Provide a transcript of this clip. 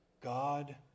God